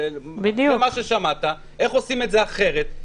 איך עושים את זה אחרת,